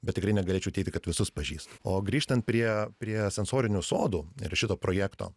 bet tikrai negalėčiau teigti kad visus pažįstu o grįžtant prie prie sensorinių sodų ir šito projekto